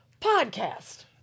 podcast